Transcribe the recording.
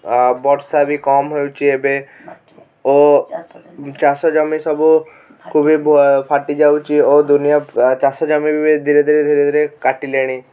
ଆଉ ବର୍ଷା ବି କମ୍ ହେଉଛି ଏବେ ଓ ଚାଷ ଜମି ସବୁ କୁ ବି ଫାଟି ଯାଉଛି ଓ ଦୁନିଆ ଚାଷ ଜମି ବି ଧିରେ ଧିରେ ଧିରେ ଧିରେ କାଟିଲେଣି